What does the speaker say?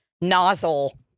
nozzle